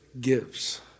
gives